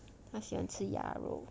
他喜欢吃鸭肉